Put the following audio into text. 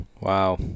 Wow